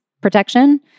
protection